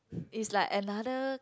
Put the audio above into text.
is like another